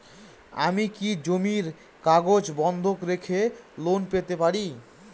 আমি কি জমির কাগজ বন্ধক রেখে লোন পেতে পারি?